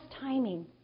timing